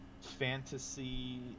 fantasy